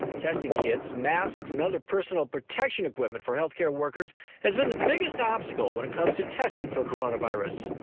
testing kits, masks and other personal protection equipment for health care workers has been the biggest obstacle when it comes to testing for coronavirus